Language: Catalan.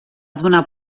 donar